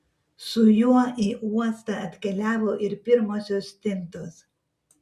su juo į uostą atkeliavo ir pirmosios stintos